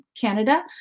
Canada